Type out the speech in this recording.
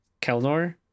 kelnor